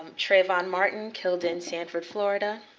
um trayvon martin, killed in sanford. florida